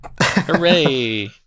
hooray